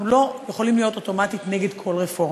לא יכולים להיות אוטומטית נגד כל רפורמה,